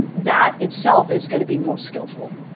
that itself is going to be more skillful